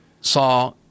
saw